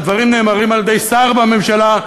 כשהדברים נאמרים על-ידי שר בממשלה,